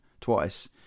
twice